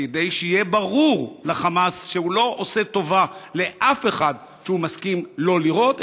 כדי שיהיה ברור לחמאס שהוא לא עושה טובה לאף אחד כשהוא מסכים לא לירות,